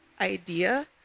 idea